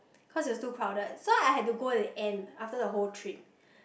cause it was too crowded so I had to go at the end after the whole trip